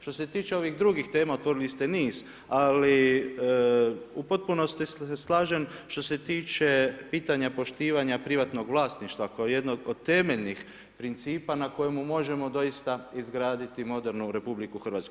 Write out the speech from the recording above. Što se tiče ovih drugi tema otvorili ste niz, ali u potpunosti se slažem pitanja poštivanja privatnog vlasništva kao jednog od temeljnih principa na kojemu možemo doista izgraditi modernu Republiku Hrvatsku.